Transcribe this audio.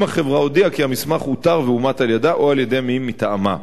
אם החברה הודיעה כי המסמך אותר ואומת על-ידה או על-ידי מי מטעמה.